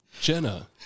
Jenna